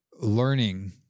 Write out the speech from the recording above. learning